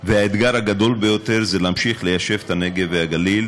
והאתגר הגדול ביותר זה להמשיך ליישב את הנגב והגליל,